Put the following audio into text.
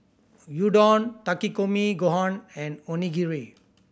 Gyudon Takikomi Gohan and Onigiri